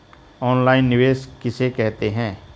Online निवेश किसे कहते हैं?